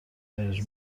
خارج